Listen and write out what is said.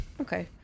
okay